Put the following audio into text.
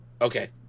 Okay